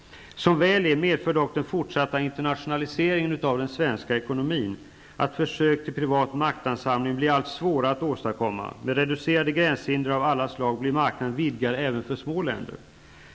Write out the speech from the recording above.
Som väl är medför dock den fortsatta internationaliseringen av den svenska ekonomin att privat maktansamling blir allt svårare att åstadkomma: med reducerade gränshinder av alla slag blir marknaden vidgad även för små länder.